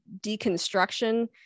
deconstruction